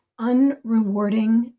unrewarding